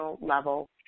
level